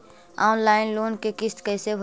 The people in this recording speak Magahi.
ऑनलाइन लोन के किस्त कैसे भरे?